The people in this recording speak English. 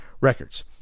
records